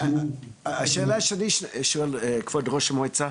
השאלה שאני שואל כבוד ראש המועצה,